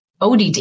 ODD